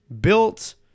built